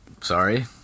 sorry